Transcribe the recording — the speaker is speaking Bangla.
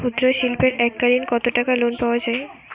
ক্ষুদ্রশিল্পের এককালিন কতটাকা লোন পাওয়া য়ায়?